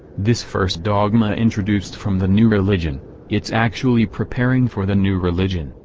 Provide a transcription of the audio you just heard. this first dogma introduced from the new religion it's actually preparing for the new religion,